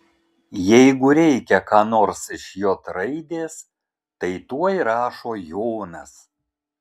jeigu reikia ką nors iš j raidės tai tuoj rašo jonas